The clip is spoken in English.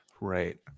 right